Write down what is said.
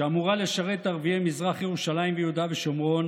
שאמורה לשרת את ערביי מזרח ירושלים ויהודה ושומרון